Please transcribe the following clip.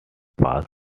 fast